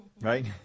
Right